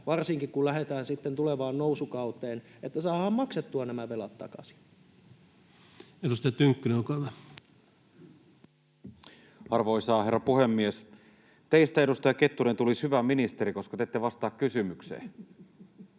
varsinkin kun lähdetään sitten tulevaan nousukauteen, niin että saadaan maksettua nämä velat takaisin. Edustaja Tynkkynen, olkaa hyvä. Arvoisa herra puhemies! Teistä, edustaja Kettunen, tulisi hyvä ministeri, koska te ette vastaa kysymykseen.